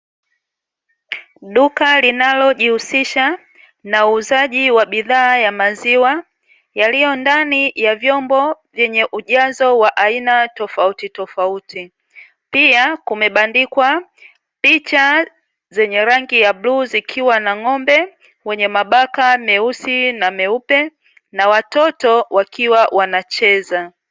Duka linalojihusisha na uuzaji wa bidhaa ya maziwa yaliyondani ya vyombo vyenye ujazo wa aina tofautitofauti. Pia kumebandikwa picha zenye rangi ya bluu zikiwa na ng'ombe wenye mabaka meusi na meupe na watoto wakiwa wanacheza.